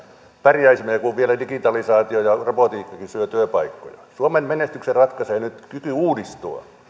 pärjäisimme kun vielä digitalisaatio ja robotitkin syövät työpaikkoja suomen menestyksen ratkaisee nyt kyky uudistua